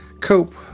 cope